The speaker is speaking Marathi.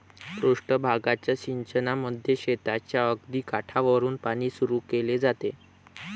पृष्ठ भागाच्या सिंचनामध्ये शेताच्या अगदी काठावरुन पाणी सुरू केले जाते